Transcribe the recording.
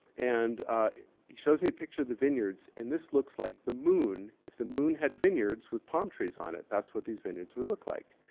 and he shows me a picture of the vineyards and this looks like the moon if the moon had vineyards with palm trees on it. that's what these vineyards would look like.